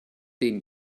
den